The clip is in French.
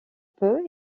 peu